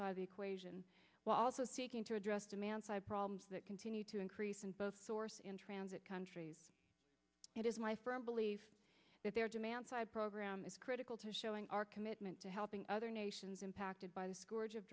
side of the equation while also seeking to address demand side problems that continue to increase and both source in transit countries it is my firm belief that their demand side programme is critical to showing our commitment to helping other nations impacted by this gorge of